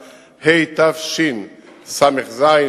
התשס"ז,